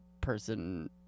person